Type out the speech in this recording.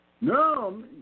No